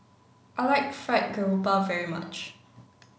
I like fried garoupa very much